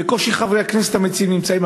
בקושי חברי הכנסת המציעים נמצאים,